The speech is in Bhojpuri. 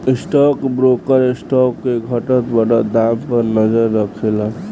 स्टॉक ब्रोकर स्टॉक के घटत बढ़त दाम पर नजर राखेलन